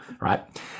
right